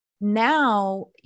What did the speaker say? now